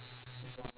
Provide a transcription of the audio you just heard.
ya